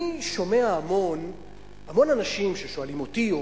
אני שומע המון אנשים ששואלים אותי או